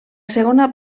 segona